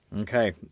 Okay